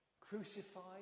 crucified